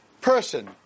person